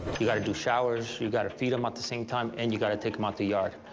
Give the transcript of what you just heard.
you gotta do showers, you gotta feed them at the same time, and you gotta take them out to yard.